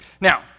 Now